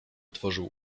otworzył